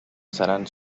seran